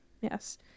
Yes